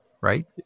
right